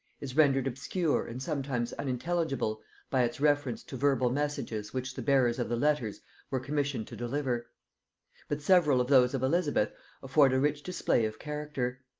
is rendered obscure and sometimes unintelligible by its reference to verbal messages which the bearers of the letters were commissioned to deliver but several of those of elizabeth afford a rich display of character.